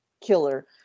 killer